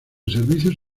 servicios